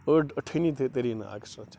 أڈ أٹھٲنی تہِ تَری نہٕ ایٚکٕسٹرا ژےٚ